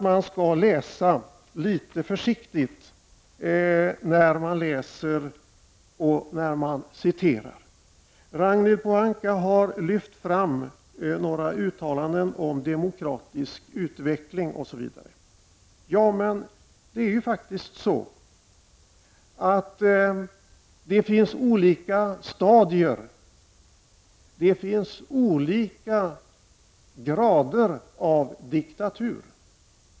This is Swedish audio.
Man skall läsa litet försiktigt när man läser och citerar. Ragnhild Pohanka har lyft fram några uttalanden om demokratisk utveckling osv. Men det finns olika stadier, och det finns olika grader av diktatur.